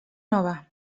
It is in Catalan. nova